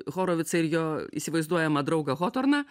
horovicą ir jo įsivaizduojamą draugą hotorną